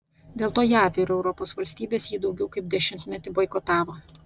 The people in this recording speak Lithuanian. dėl to jav ir europos valstybės jį daugiau kaip dešimtmetį boikotavo